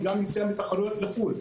וגם ביציאה לתחרויות לחו"ל.